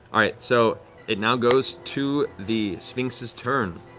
all right, so it now goes to the sphinx's turn.